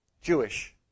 Jewish